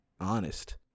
honest